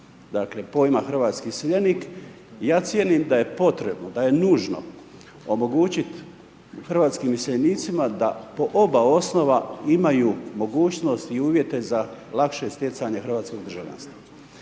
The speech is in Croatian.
dakle, pojma hrvatski iseljenik, ja cijenim da je potrebno, da je nužno omogućiti hrvatskim iseljenicima, da po oba osoba imaju mogućnost i uvijete za lakše stjecanje hrvatskog državljanstva.